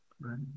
right